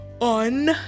on